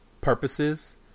purposes